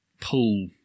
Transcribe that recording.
Pull